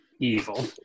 evil